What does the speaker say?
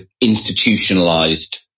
institutionalized